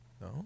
No